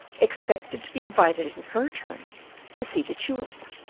expected to be invited in her turn to see the tulip.